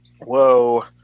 Whoa